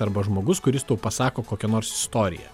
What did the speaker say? arba žmogus kuris tau pasako kokią nors istoriją